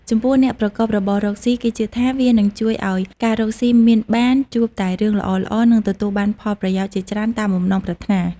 ចំពោះអ្នកប្រកបរបររកស៊ី គេជឿថាវានឹងជួយឲ្យការរកស៊ីមានបាន ជួបតែរឿងល្អៗ និងទទួលបានផលប្រយោជន៍ជាច្រើនតាមបំណងប្រាថ្នា។